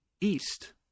east